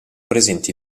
presenti